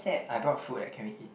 I brought food eh can we eat